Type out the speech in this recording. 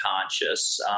conscious